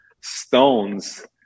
stones